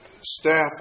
staff